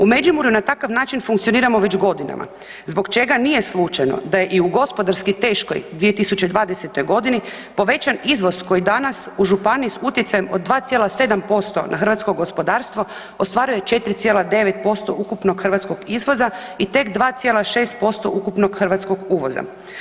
U Međimurju na takav način funkcioniramo već godinama zbog čega nije slučajno da je i u gospodarski teškoj 2020. godini povećan izvoz koji danas utjecajem od 2,7% na hrvatsko gospodarstvo ostvaruje 4,9% ukupnog hrvatskog izvoza i tek 2,6% ukupnog hrvatskog uvoza.